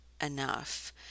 enough